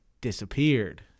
disappeared